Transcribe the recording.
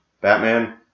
Batman